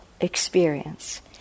experience